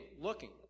looking